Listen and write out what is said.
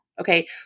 Okay